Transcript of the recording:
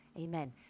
Amen